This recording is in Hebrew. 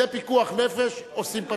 זה פיקוח נפש, עושים,